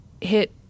hit